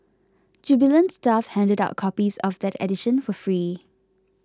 jubilant staff handed out copies of that edition for free